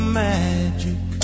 magic